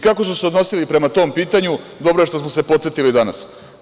Kako su se odnosili prema tom pitanju, dobro je što smo se podsetili danas.